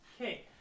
Okay